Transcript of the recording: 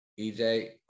EJ